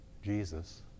Jesus